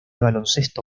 baloncesto